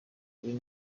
uyu